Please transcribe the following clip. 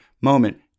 moment